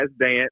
dance